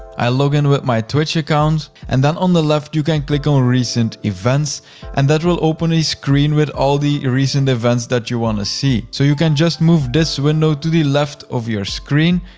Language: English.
i log in with my twitch account and then on the left, you can click on recent events and that will open a screen with all the recent events that you wanna see. so you can just move this window to the left of your screen.